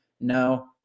No